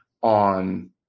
on